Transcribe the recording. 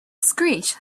screech